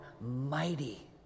mighty